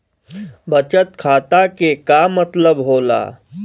बचत खाता के का मतलब होला?